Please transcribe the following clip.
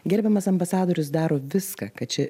gerbiamas ambasadorius daro viską kad čia